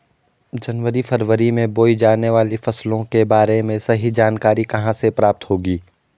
जनवरी फरवरी में बोई जाने वाली फसलों के बारे में सही जानकारी कहाँ से प्राप्त होगी?